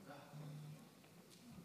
לרשותך חמש דקות.